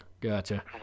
Gotcha